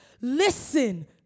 listen